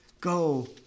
go